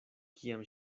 kiam